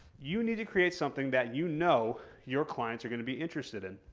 you need to create something that you know your clients are going to be interested in.